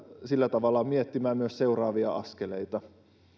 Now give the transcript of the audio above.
sillä tavalla miettimään myös seuraavia askeleita